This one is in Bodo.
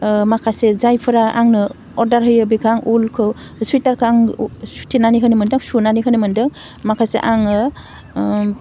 माखासे जायफ्रा आंनो अर्डार होयो बेखौ आं उलखौ सुइथारखौ आं सुथेनानै होनो मोन्दों सुनानै होनो मोनदों माखासे आङो